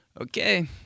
Okay